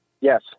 Yes